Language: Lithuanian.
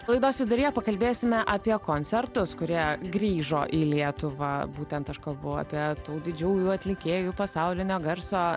laidos viduryje pakalbėsime apie koncertus kurie grįžo į lietuvą būtent aš kalbu apie tų didžiųjų atlikėjų pasaulinio garso